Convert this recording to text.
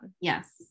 yes